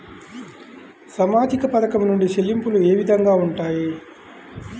సామాజిక పథకం నుండి చెల్లింపులు ఏ విధంగా ఉంటాయి?